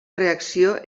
reacció